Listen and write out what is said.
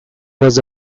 was